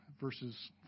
verses